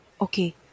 Okay